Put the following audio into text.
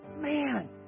Man